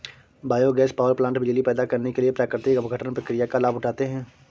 biogas power plant बिजली पैदा करने के लिए प्राकृतिक अपघटन प्रक्रिया का लाभ उठाते हैं